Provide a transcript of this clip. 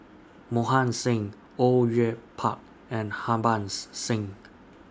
Mohan Singh Au Yue Pak and Harbans Singh